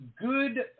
Good